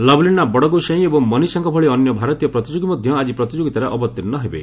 ଲବ୍ଲିନା ବଡ଼ଗୋସାଇଁ ଏବଂ ମନୀଷାଙ୍କ ଭଳି ଅନ୍ୟ ଭାରତୀୟ ପ୍ରତିଯୋଗୀ ମଧ୍ୟ ଆଜି ପ୍ରତିଯୋଗିତାରେ ଅବତୀର୍ଷ୍ଣ ହେବେ